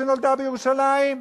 שנולדה בירושלים.